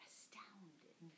Astounded